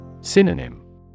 Synonym